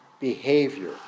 behavior